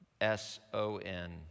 S-O-N